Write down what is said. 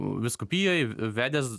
vyskupijoj vedęs